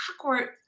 awkward